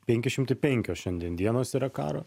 penki šimtai penkios šiandien dienos yra karo